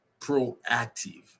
proactive